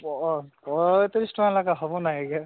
ପ ପଇଁତିରିଶ ଟଙ୍କା ଲେଖା ହେବ ନାହିଁ ଆଜ୍ଞା